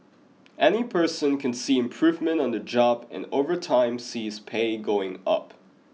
any person can see improvement on the job and over time see his pay going up